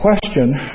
question